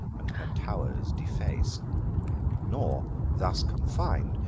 and her tow'rs deface nor thus confin'd,